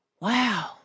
Wow